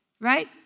right